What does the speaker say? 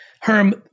Herm